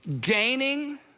Gaining